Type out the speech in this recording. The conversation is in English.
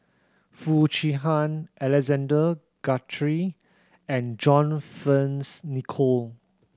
Foo Chee Han Alexander Guthrie and John Fearns Nicoll